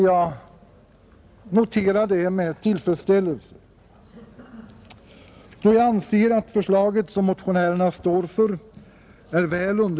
Jag noterar det med tillfredsställelse.